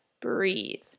breathe